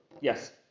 Yes